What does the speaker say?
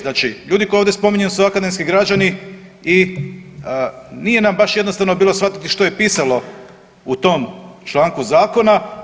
Znači ljudi koji se ovdje spominju su akademski građani i nije nam baš jednostavno bilo shvatiti što je pisalo u tom članku zakona.